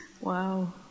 wow